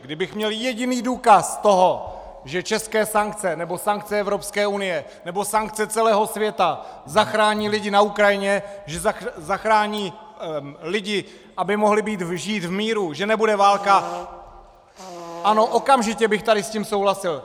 Kdybych měl jediný důkaz toho, že české sankce nebo sankce Evropské unie nebo sankce celého světa zachrání lidi na Ukrajině, že zachrání lidi, aby mohli žít v míru, že nebude válka, ano, okamžitě bych tady s tím souhlasil!